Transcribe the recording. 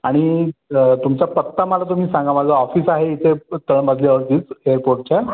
आणि तुमचा पत्ता मला तुम्ही सांगा माझं ऑफिस आहे इथे तळमजल्यावरतीच एअरपोर्टच्या